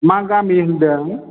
मा गामि होन्दों